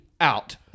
out